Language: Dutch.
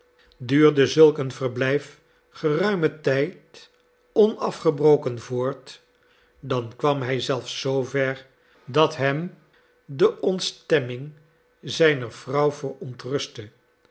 duurde zulk een verblijf geruimen tijd onafgebroken voort dan kwam hij zelfs zoover dat hem de ontstemming zijner vrouw verontrustte